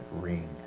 ring